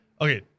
okay